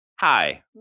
hi